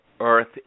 Earth